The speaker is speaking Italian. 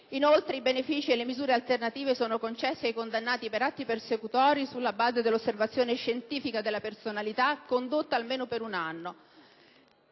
Inoltre, i benefici e le misure alternative sono concessi ai condannati per atti persecutori sulla base dell'osservazione scientifica della personalità condotta almeno per un anno.